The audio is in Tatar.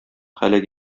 һәлак